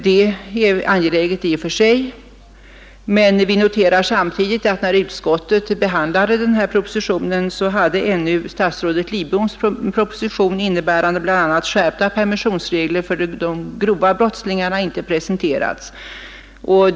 Det är angeläget i och för sig, men vi noterar samtidigt att statsrådets Lidboms proposition, innebärande bl.a. skärpta permissionsbestämmelser för de grova brottslingarna, ännu inte hade presenterats vid utskottets behandling av dessa förslag.